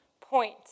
point